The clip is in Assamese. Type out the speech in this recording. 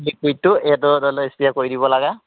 লিকুউইডটো সেইটো ধৰি লওক স্প্ৰে কৰি দিব লাগে